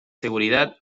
seguridad